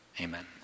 amen